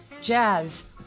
jazz